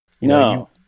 No